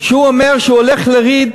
שהוא אומר שהוא הולך להוריד